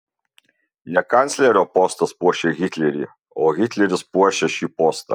ne kanclerio postas puošia hitlerį o hitleris puošia šį postą